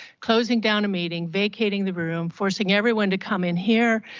closing down a meeting, vacating the room, forcing everyone to come in here,